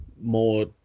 more